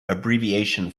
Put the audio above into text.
abbreviation